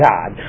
God